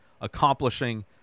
accomplishing